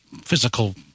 physical